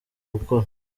gukora